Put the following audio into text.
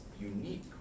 unique